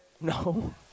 No